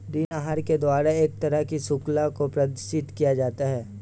ऋण आहार के द्वारा एक तरह की शृंखला को प्रदर्शित किया जाता है